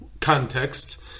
context